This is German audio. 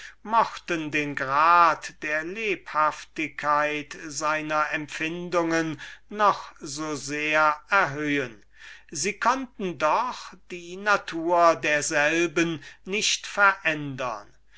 mochten den grad der lebhaftigkeit seiner empfindungen noch so sehr erhöhen so konnten sie doch die natur derselben nicht verändern